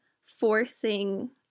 forcing